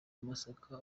masaka